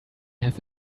have